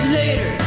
later